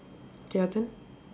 okay your turn